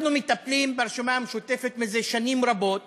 אנחנו ברשימה המשותפת מטפלים מזה שנים רבות